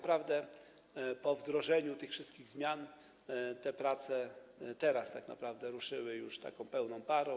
Po wdrożeniu tych wszystkich zmian te prace teraz tak naprawdę ruszyły pełną parą.